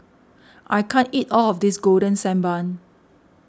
I can't eat all of this Golden Sand Bun